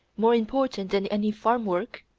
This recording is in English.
more important than any farm work?